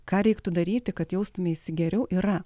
ką reiktų daryti kad jaustumeisi geriau yra